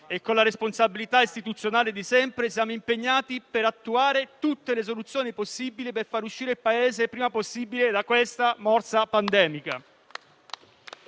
e con la responsabilità istituzionale di sempre, siamo impegnati ad attuare tutte le soluzioni possibili per far uscire il Paese il prima possibile dalla morsa pandemica.